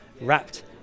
wrapped